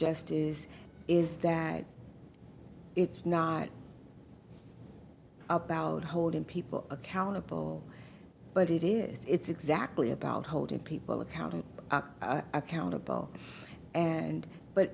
justice is that it's not about holding people accountable but it is it's exactly about holding people accountable accountable and but